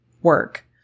work